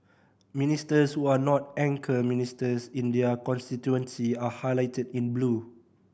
ministers who are not anchor ministers in their constituency are highlighted in blue